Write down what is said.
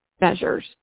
measures